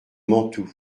mantoue